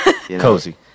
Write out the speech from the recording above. Cozy